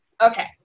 Okay